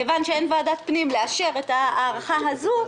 כיוון שאין ועדת פנים לאשר את הארכה הזאת,